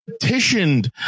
petitioned